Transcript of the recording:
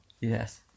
Yes